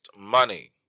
money